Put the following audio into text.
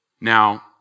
Now